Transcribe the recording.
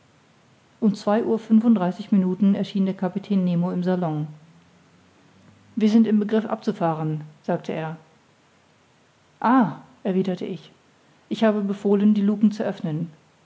um zwei uhr fünfunddreißig minuten erschien der kapitän nemo im salon wir sind im begriff abzufahren sagte er ah erwiderte ich ich habe befohlen die lucken zu öffnen